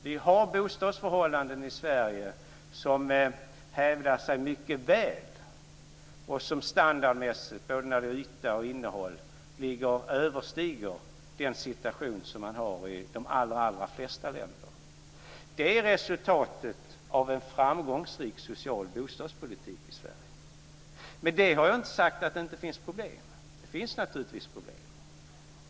Vi har bostadsförhållanden i Sverige som hävdar sig mycket väl och som standardmässigt, både när det gäller yta och innehåll, överstiger bostadsförhållandena i de allra flesta länder. Det är resultatet av en framgångsrik social bostadspolitik i Sverige. Med det har jag inte sagt att det inte finns problem. Det finns naturligtvis problem.